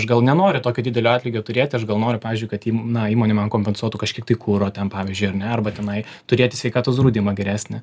aš gal nenori tokio didelio atlygio turėti aš gal nori pavyzdžiui kad įmonė man kompensuotų kažkiek tai kuro ten pavyzdžiui arba tenai turėti sveikatos draudimą geresni